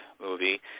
movie